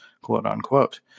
quote-unquote